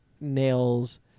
nails